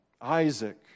Isaac